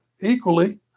equally